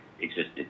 existed